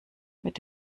mit